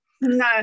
no